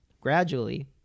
Gradually